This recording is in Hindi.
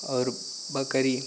और बकरी